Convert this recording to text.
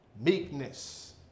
Meekness